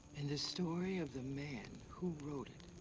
and the story of the man who wrote it.